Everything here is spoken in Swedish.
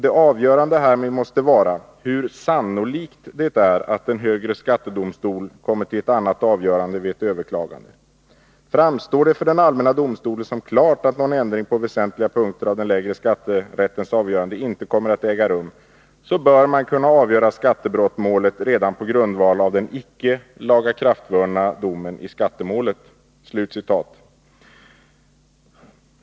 Det avgörande härvid måste vara hur sannolikt det är att en högre skattedomstol kommer till ett annat avgörande vid ett överklagande. Framstår det för den allmänna domstolen som klart att någon ändring på väsentliga punkter av den lägre skatterättens avgörande inte kommer att äga rum bör man kunna avgöra skattebrottmålet redan på grundval av den icke lagakraftvunna domen i skattemålet.